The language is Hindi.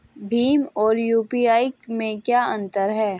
भीम और यू.पी.आई में क्या अंतर है?